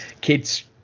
kids